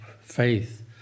faith